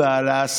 חבר הכנסת אנדרי